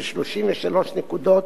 של 33 נקודות,